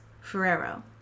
Ferrero